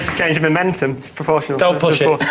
change of momentum is proportional. don't push it!